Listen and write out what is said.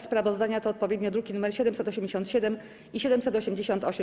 Sprawozdania to odpowiednio druki nr 787 i 788.